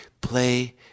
play